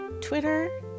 Twitter